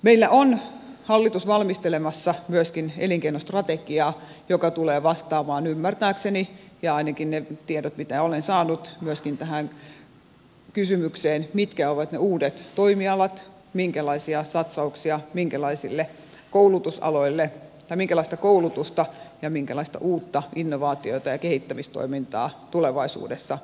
meillä on hallitus valmistelemassa myöskin elinkeinostrategiaa joka tulee vastaamaan ymmärtääkseni ja ainakin niiden tietojen mukaan mitä olen saanut myöskin tähän kysymykseen mitkä ovat ne uudet toimialat minkälaisia satsauksia minkälaisille koulutusaloille ja minkälaiseen koulutukseen ja minkälaiseen uuteen innovaatio ja kehittämistoimintaan tulevaisuudessa satsataan